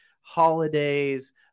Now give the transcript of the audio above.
holidays